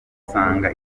usanga